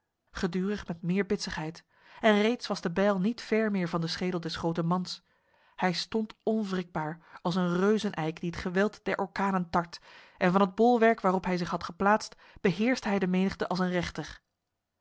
gedurig met meer bitsigheid en reeds was de bijl niet ver meer van de schedel des groten mans hij stond onwrikbaar als een reuzeneik die het geweld der orkanen tart en van het bolwerk waarop hij zich had geplaatst beheerste hij de menigte als een rechter